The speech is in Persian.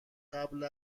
قبل